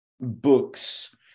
books